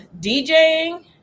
DJing